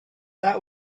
that